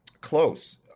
close